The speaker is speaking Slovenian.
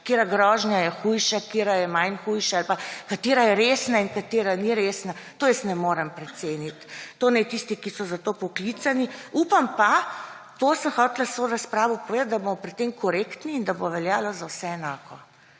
katera grožnja je hujša, katera je manj huda ali pa, katera je resna in katera ni resna. Tega jaz ne morem preceniti. To naj tisti, ki so za to poklicani. Upam pa, to sem hotela s to razpravo povedati, da bomo pri tem korektni in da bo veljalo za vse enako.